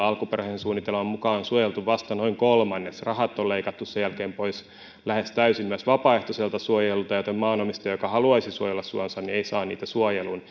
alkuperäisen suunnitelman mukaan on suojeltu vasta noin kolmannes rahat on leikattu sen jälkeen pois lähes täysin myös vapaaehtoiselta suojelulta joten maanomistaja joka haluaisi suojella suonsa ei saa niitä suojeluun